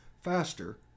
faster